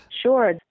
Sure